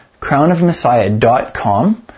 crownofmessiah.com